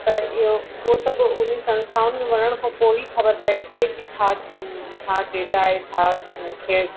त इहो उहे सभु उन संस्थाउनि में वञण खां पोइ ई ख़बर पए थी पयी की छा छा डेटा आहे छा खे